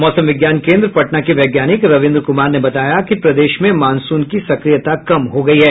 मौसम विज्ञान केंद्र पटना के वैज्ञानिक रवींद्र कुमार ने बताया कि प्रदेश में मानसून की सक्रियता कम हो गयी है